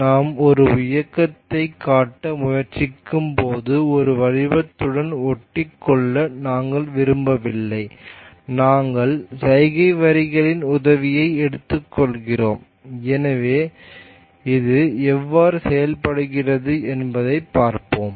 நாம் ஒரு இயக்கத்தைக் காட்ட முயற்சிக்கும்போது ஒரு வடிவத்துடன் ஒட்டிக்கொள்ள நாங்கள் விரும்பவில்லை நாங்கள் சைகை வரிகளின் உதவியை எடுத்துக்கொள்கிறோம் எனவே இது எவ்வாறு செயல்படுகிறது என்பதைப் பார்ப்போம்